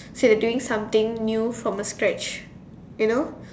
so they're doing something new from the scratch you know